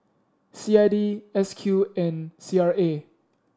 C I D S Q and C R A